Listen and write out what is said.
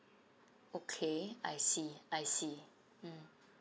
okay I see I see mm